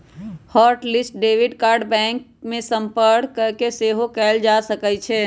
hot list debit card bank में संपर्क कऽके सेहो कएल जा सकइ छै